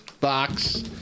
box